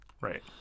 right